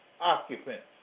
occupants